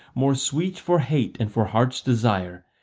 more sweet for hate and for heart's desire,